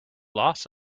loss